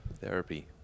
therapy